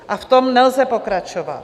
V tom nelze pokračovat.